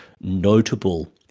notable